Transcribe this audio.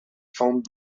fontes